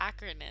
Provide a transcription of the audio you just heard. acronym